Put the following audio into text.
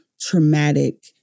traumatic